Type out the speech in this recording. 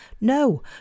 No